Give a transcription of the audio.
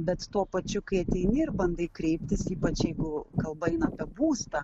bet tuo pačiu kai ateini ir bandai kreiptis ypač jeigu kalba eina apie būstą